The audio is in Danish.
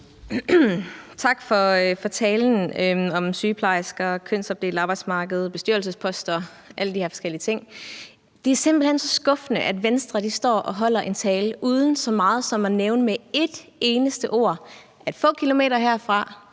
Tak for talen om sygeplejersker, kønsopdelt arbejdsmarked, bestyrelsesposter og alle de her forskellige ting. Det er simpelt hen så skuffende, at Venstres ordfører står og holder en tale uden så meget som at nævne med et eneste ord, at der få kilometer herfra,